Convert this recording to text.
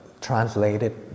translated